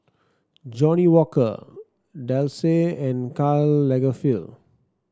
Johnnie Walker Delsey and Karl Lagerfeld